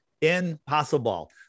Impossible